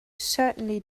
certainly